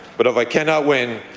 but if i cannot win,